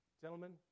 Gentlemen